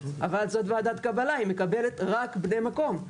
אבל זאת ועדת קבלה, היא מקבלת רק בני מקום.